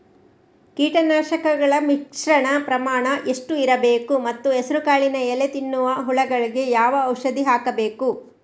ಕೀಟನಾಶಕಗಳ ಮಿಶ್ರಣ ಪ್ರಮಾಣ ಎಷ್ಟು ಇರಬೇಕು ಮತ್ತು ಹೆಸರುಕಾಳಿನ ಎಲೆ ತಿನ್ನುವ ಹುಳಗಳಿಗೆ ಯಾವ ಔಷಧಿ ಹಾಕಬೇಕು?